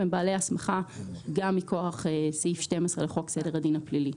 הם בעלי הסמכה גם מכוח סעיף 12 לחוק סדר הדין הפלילי.